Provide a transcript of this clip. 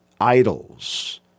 idols